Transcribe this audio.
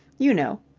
you know.